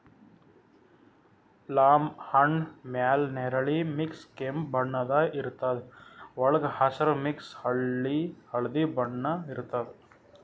plum ಹಣ್ಣ್ ಮ್ಯಾಲ್ ನೆರಳಿ ಮಿಕ್ಸ್ ಕೆಂಪ್ ಬಣ್ಣದ್ ಇರ್ತದ್ ವಳ್ಗ್ ಹಸ್ರ್ ಮಿಕ್ಸ್ ಹಳ್ದಿ ಬಣ್ಣ ಇರ್ತದ್